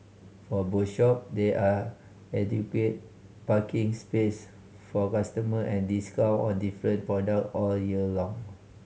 for both shop there are adequate parking space for customer and discount on different product all year long